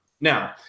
Now